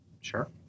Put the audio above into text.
Sure